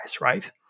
right